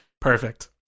Perfect